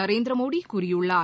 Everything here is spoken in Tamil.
நரேந்திரமோடி கூறியுள்ளார்